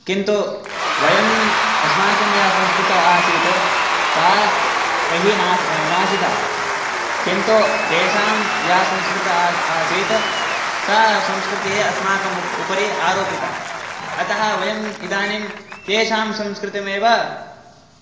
किन्तु वयम् अस्माकं या संस्कृतिः आसीत् सा तैः नाश् नाशिता किन्तु तेषां या संस्कृतिः आसीत् सा संस्कृतिः अस्माकम् उप उपरि आरोपिता अतः वयम् इदानीं तेषां संस्कृतिमेव